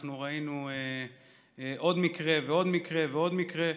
אנחנו ראינו עוד מקרה ועוד מקרה ועוד מקרה,